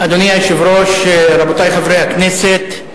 היושב-ראש, רבותי חברי הכנסת,